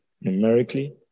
numerically